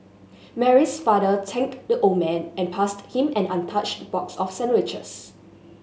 Mary's father thanked the old man and passed him an untouched box of sandwiches